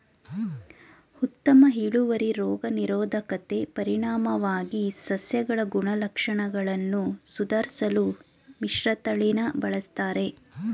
ಉತ್ತಮ ಇಳುವರಿ ರೋಗ ನಿರೋಧಕತೆ ಪರಿಣಾಮವಾಗಿ ಸಸ್ಯಗಳ ಗುಣಲಕ್ಷಣಗಳನ್ನು ಸುಧಾರ್ಸಲು ಮಿಶ್ರತಳಿನ ಬಳುಸ್ತರೆ